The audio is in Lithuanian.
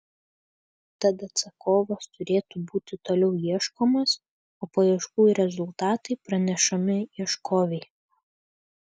tad atsakovas turėtų būti toliau ieškomas o paieškų rezultatai pranešami ieškovei